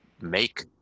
make